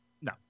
No